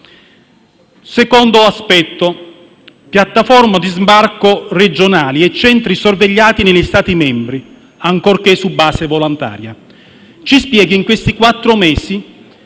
proposito delle piattaforme di sbarco regionali e dei centri sorvegliati negli Stati membri, ancorché su base volontaria, ci spieghi in questi quattro mesi